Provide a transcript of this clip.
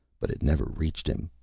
but it never reached him.